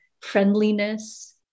friendliness